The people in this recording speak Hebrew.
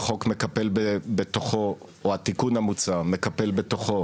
החוק מקפל בתוכו, או התיקון המוצע, מקפל בתוכו